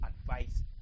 advice